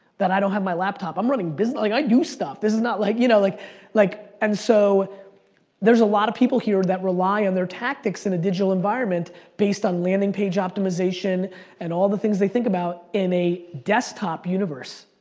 that i don't have my laptop. i'm running business like i do stuff! this is like, you know, like like and so there's a lot of people here that rely on their tactics in a digital environment based on landing page optimization and all the things they think about in a desktop universe.